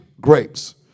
grapes